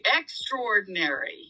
extraordinary